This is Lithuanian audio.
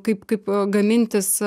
kaip kaip gamintis